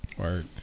Work